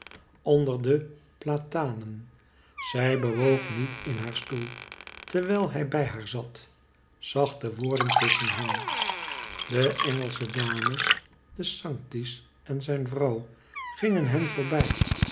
onder de platanen zij bewoog niet in haar stoel terwijl hij bij haar zat zachte woorden tusschen hen de engelsche dames de sanctis en zijn vrouw gingen hen voorbij